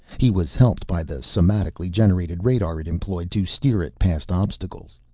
he was helped by the somatically-generated radar it employed to steer it past obstacles.